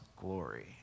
glory